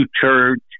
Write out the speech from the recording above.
church